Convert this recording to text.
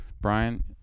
Brian